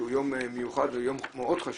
שהוא יום מיוחד ויום מאוד חשוב,